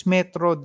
Metro